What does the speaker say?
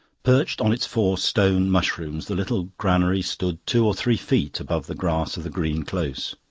perched on its four stone mushrooms, the little granary stood two or three feet above the grass of the green close.